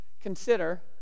consider